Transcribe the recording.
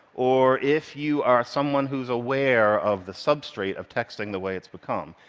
or if you are someone who is aware of the substrate of texting the way it's become,